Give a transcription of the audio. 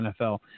NFL